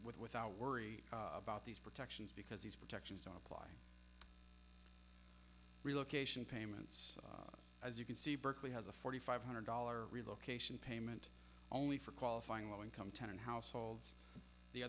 without worry about these protect because these protections top relocation payments as you can see berkeley has a forty five hundred dollars relocation payment only for qualifying low income tenant households the